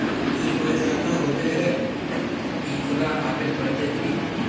ई कोई खाता होबे है की खुला आबेल पड़ते की?